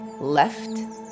left